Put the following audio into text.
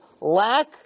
lack